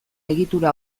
egitura